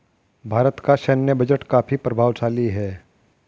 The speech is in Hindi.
भारत का सैन्य बजट काफी प्रभावशाली है